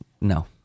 No